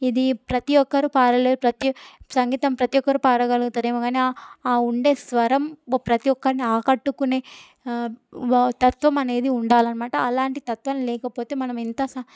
ఇది ప్రతీ ఒక్కరు పాడలేరు ప్రతీ సంగీతం ప్రతీ ఒక్కరు పాడగలుగుతారేమో కానీ ఆ ఉండే స్వరం ప్రతి ఒక్కరిని ఆకట్టుకునే ఆ తత్వం అనేది ఉండాలి అనమాట అలాంటి తత్వం లేకపోతే మనం ఎంత స